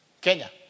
Kenya